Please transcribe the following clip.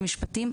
במרבית המקרים,